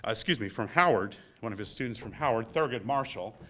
ah excuse me, from howard, one of his students from howard, thurgood marshall,